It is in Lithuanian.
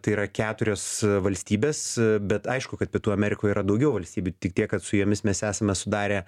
tai yra keturios valstybės bet aišku kad pietų amerikoje yra daugiau valstybių tik tiek kad su jomis mes esame sudarę